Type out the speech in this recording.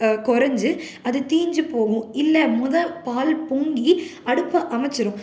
கொறைஞ்சு அது தீய்ஞ்சு போகும் இல்லை மொதல் பால் பொங்கி அடுப்பை அணைச்சுரும்